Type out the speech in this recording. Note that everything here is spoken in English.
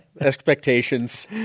Expectations